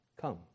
come